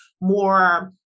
more